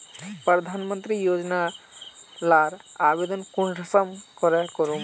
प्रधानमंत्री योजना लार आवेदन कुंसम करे करूम?